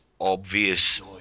obvious